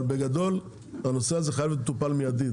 אבל בגדול הנושא הזה חייב להיות מטופל מיידית.